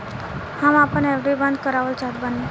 हम आपन एफ.डी बंद करना चाहत बानी